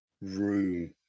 room